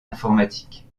informatique